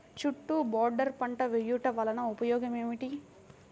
చుట్టూ బోర్డర్ పంట వేయుట వలన ఉపయోగం ఏమిటి?